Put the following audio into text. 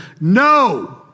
No